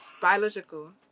Biological